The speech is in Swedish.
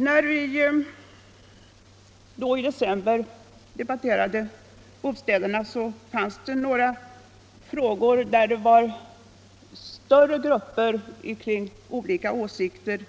När vi i december debatterade bostäderna fanns det några frågor där större grupper fördelade sig så jämnt på olika åsikter